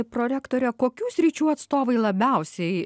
prorektore kokių sričių atstovai labiausiai